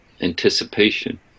anticipation